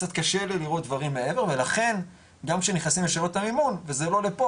קצת קשה לי לראות דברים מעבר ולכן גם כשנכנסים -- המימון וזה לא לפה